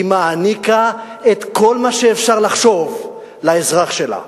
היא מעניקה את כל מה שאפשר לחשוב לאזרח שלה.